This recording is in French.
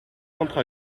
entre